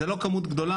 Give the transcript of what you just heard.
זאת לא כמות גדולה,